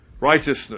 righteousness